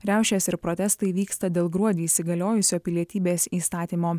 riaušės ir protestai vyksta dėl gruodį įsigaliojusio pilietybės įstatymo